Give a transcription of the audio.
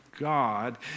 God